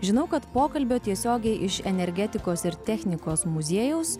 žinau kad pokalbio tiesiogiai iš energetikos ir technikos muziejaus